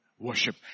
Worship